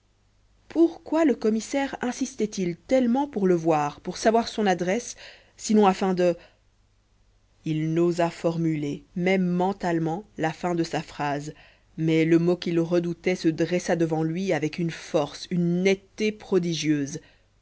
pourquoi le commissaire insistait il tellement pour le voir pour savoir son adresse sinon afin de il n'osa formuler même mentalement la fin de sa phrase mais le mot qu'il redoutait se dressa devant lui avec une force une netteté prodigieuses